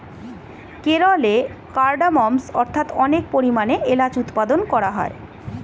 কেরলে কার্ডমমস্ অর্থাৎ অনেক পরিমাণে এলাচ উৎপাদন করা হয়